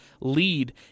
lead